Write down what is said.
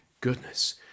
goodness